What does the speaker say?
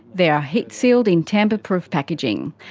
they are heat sealed in tamper-proof packaging.